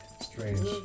strange